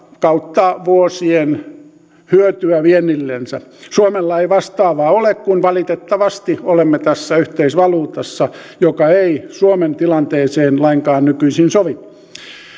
kautta vuosien hyötyä viennillensä suomella ei vastaavaa ole kun valitettavasti olemme tässä yhteisvaluutassa joka ei suomen tilanteeseen lainkaan nykyisin sovi